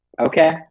Okay